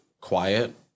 quiet